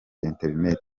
internet